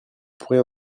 pourrait